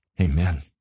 Amen